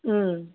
ம்